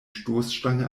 stoßstange